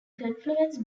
confluence